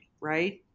right